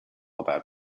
about